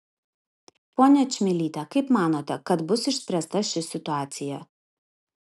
ponia čmilyte kaip manote kad bus išspręsta ši situacija